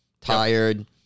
Tired